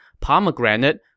pomegranate